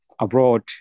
abroad